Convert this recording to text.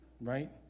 right